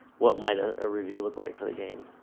what might a ah review look like for the game.